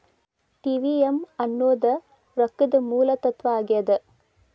TVM ಅನ್ನೋದ್ ರೊಕ್ಕದ ಮೂಲ ತತ್ವ ಆಗ್ಯಾದ